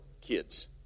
kids